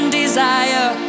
desire